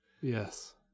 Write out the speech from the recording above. Yes